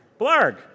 Blarg